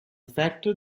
factor